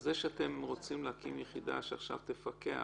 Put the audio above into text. אז זה שהקמתם יחידה שמפקחת